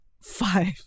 five